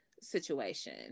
situation